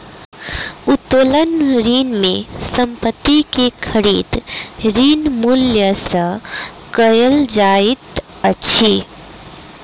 उत्तोलन ऋण में संपत्ति के खरीद, ऋण मूल्य सॅ कयल जाइत अछि